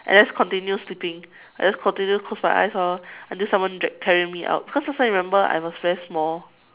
I just continue sleeping I just continue close my eyes orh until someone drag carry me out cause last time remember I was very small